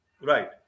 Right